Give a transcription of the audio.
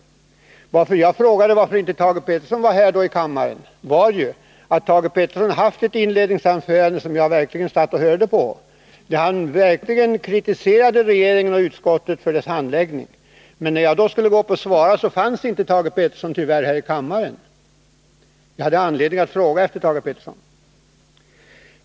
Anledningen till att jag frågade varför inte Thage Peterson var här i kammaren var att han ju höll ett inledningsanförande — som jag verkligen satt och hörde på — där han kritiserade regeringen och utskottet för deras handläggning. Men när jag skulle gå upp och svara fanns tyvärr inte Thage Peterson här i kammaren. Jag hade anledning att fråga efter Thage Peterson.